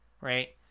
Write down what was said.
right